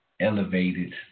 elevated